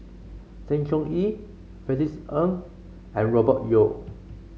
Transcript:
Sng Choon Yee Francis Ng and Robert Yeo